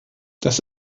das